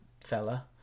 fella